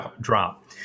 drop